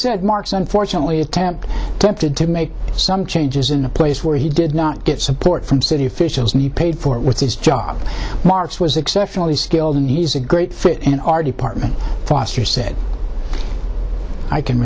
said mark's unfortunately attempt tempted to make some changes in a place where he did not get support from city officials and you paid for it with his job marx was exceptionally skilled and he's a great fit in our department foster said i can